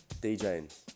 DJing